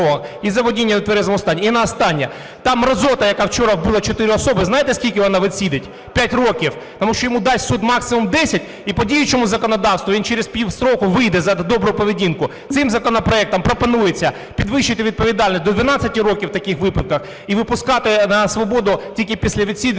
і за водіння в нетверезому стані. І на останнє. Та мерзота, яка вчора вбила чотири особи, знаєте скільки вона відсидить? 5 років. Тому що йому дасть суд максимум десять і по діючому законодавству він через пів строку вийде за добру поведінку. Цим законопроектом пропонується підвищити відповідальність до 12 років в таких випадках. І відпускати на свободу тільки після відсидки